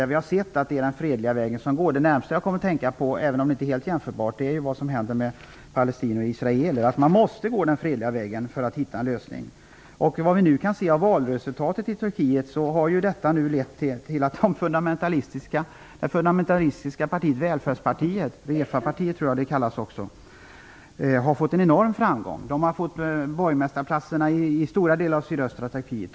Där har vi sett att det är den fredliga vägen som fungerar. Det närmaste jag kom att tänka på -- även om det inte är helt jämförbart -- är vad som händer med palestinier och israeler. Man måste gå den fredliga vägen för att hitta en lösning. Det vi nu kan se av valresultatet i Turkiet är att det har lett till att det fundamentalistiska partiet, välfärdspartiet, Refapartiet tror jag att det också kallas, har fått en enorm framgång. Man har fått borgmästarplatserna i stora delar av sydöstra Turkiet.